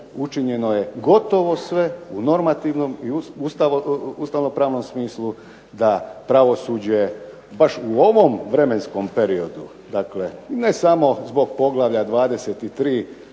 učinjeno je gotovo sve u normativnom i ustavno-pravnom smislu da pravosuđe baš u ovom vremenskom periodu, dakle ne samo zbog Poglavlja 23.